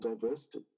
diversity